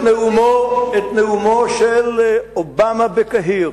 את נאומו של אובמה בקהיר,